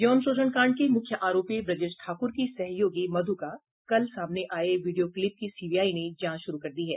यौन शोषण कांड के मुख्य आरोपी ब्रजेश ठाकुर की सहयोगी मधु का कल सामने आये वीडियो क्लिप की सीबीआई ने जांच शुरू कर दी है